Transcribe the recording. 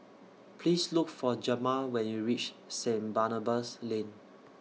Please Look For Jamar when YOU REACH Saint Barnabas Lane